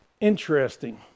interesting